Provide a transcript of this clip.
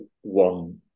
one